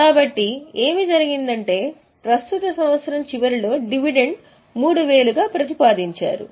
కాబట్టి ఏమి జరిగిందంటే ప్రస్తుత సంవత్సరం చివరిలో డివిడెండ్ 3000 గా ప్రతిపాదించారు